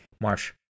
March